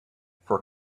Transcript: for